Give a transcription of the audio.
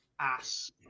ass